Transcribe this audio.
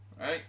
right